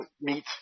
meet